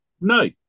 No